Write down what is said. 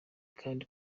kandi